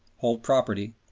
hold property,